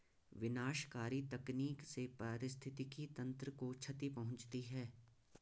विनाशकारी तकनीक से पारिस्थितिकी तंत्र को क्षति पहुँचती है